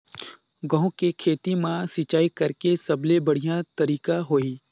गंहू के खेती मां सिंचाई करेके सबले बढ़िया तरीका होही?